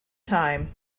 time